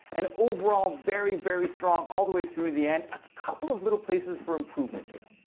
and overall very, very strong all the way through the end a couple of little places for improvement here.